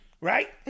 Right